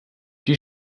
die